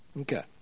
Okay